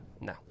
no